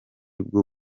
bwo